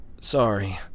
sorry